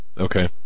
Okay